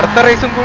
teresa